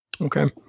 Okay